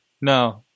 no